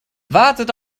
wartet